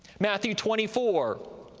matthew twenty four,